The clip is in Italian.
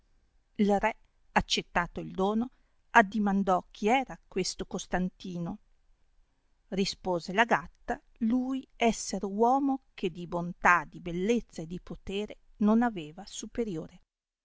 il re accettato il dono addimandò chi era questo costantino rispose la gatta lui esser uomo che di bontà di bellezza e di potere non aveva superiore